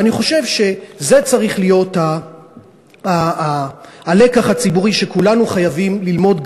אני חושב שזה צריך להיות הלקח הציבורי שכולנו חייבים ללמוד,